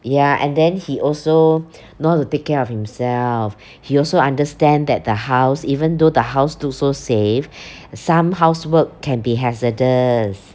ya and then he also know how to take care of himself he also understand that the house even though the house look so safe some housework can be hazardous